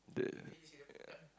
the uh